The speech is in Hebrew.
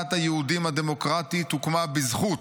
מדינת היהודים הדמוקרטית הוקמה בזכות,